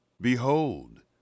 Behold